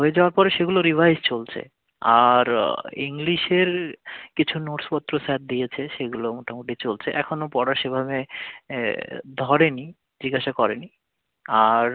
হয়ে যাওয়ার পরে সেগুলো রিভাইস চলছে আর ইংলিশের কিছু নোটসপত্র স্যার দিয়েছে সেগুলো মোটামুটি চলছে এখনও পড়া সেভাবে ধরে নি জিজ্ঞাসা করে নি আর